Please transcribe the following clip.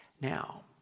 Now